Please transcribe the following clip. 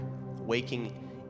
waking